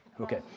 Okay